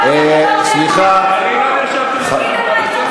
להגיד את האמת לציבור.